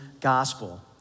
gospel